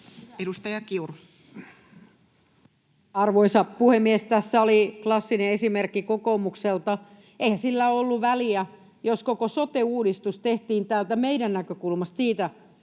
Content: Arvoisa puhemies! Tässä oli klassinen esimerkki kokoomukselta. Eihän sillä ollut väliä, jos koko sote-uudistus tehtiin täältä meidän näkökulmasta siitä